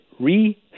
re